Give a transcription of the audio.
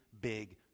big